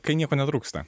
kai nieko netrūksta